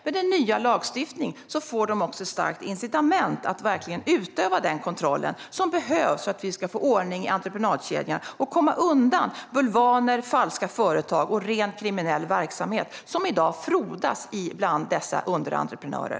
Med den nya lagstiftningen får de också ett starkt incitament att verkligen utöva den kontroll som behövs för att vi ska få ordning i entreprenadkedjan och komma undan bulvaner, falska företag och rent kriminell verksamhet, som i dag frodas bland dessa underentreprenörer.